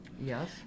Yes